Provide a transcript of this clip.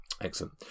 Excellent